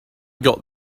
got